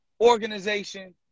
organization